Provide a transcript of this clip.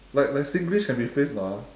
like my singlish can be a phrase or not ah